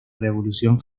revolución